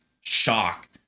shock